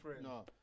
No